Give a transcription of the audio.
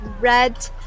Red